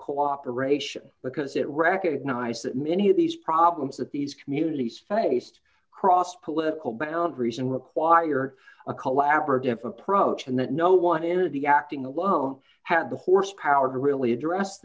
cooperation because it recognized that many of these problems that these communities faced crossed political boundaries and require a collaborative approach and that no one in of the acting alone had the horsepower to really address